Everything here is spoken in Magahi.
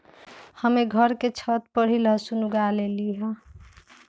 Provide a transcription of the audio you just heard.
हम्मे घर के छत पर ही लहसुन उगा लेली हैं